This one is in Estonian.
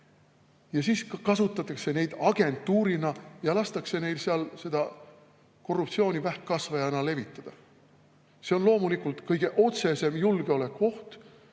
siis kasutatakse neid agentuurina ja lastakse neil seal korruptsiooni vähkkasvajana levitada. See on loomulikult kõige otsesem julgeolekuoht.